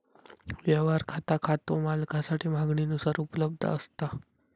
व्यवहार खाता खातो मालकासाठी मागणीनुसार उपलब्ध असता